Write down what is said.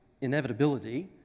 inevitability